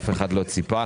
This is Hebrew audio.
אף אחד לא ציפה.